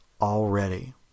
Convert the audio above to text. already